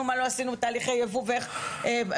ומה לא עשינו בתהליכי יבוא ומה פעלנו.